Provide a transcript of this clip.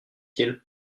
ils